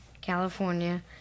california